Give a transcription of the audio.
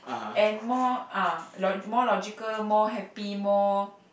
and more ah lo~ more logical more happy more